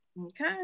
Okay